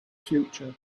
future